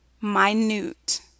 minute